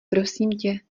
prosimtě